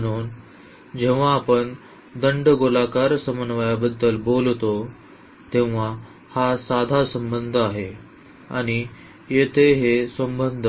म्हणून जेव्हा आपण दंडगोलाकार समन्वयाबद्दल बोलतो तेव्हा हा साधा संबंध आहे आणि येथे हे संबंध